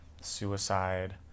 suicide